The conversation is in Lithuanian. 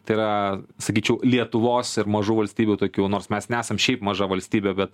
tai yra sakyčiau lietuvos ir mažų valstybių tokių nors mes nesam šiaip maža valstybė bet